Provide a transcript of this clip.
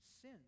sin